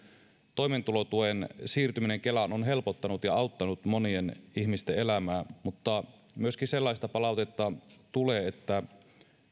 toimeentulotuen siirtyminen kelaan on helpottanut ja auttanut monien ihmisten elämää mutta myöskin sellaista palautetta tulee että